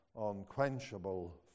unquenchable